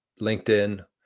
linkedin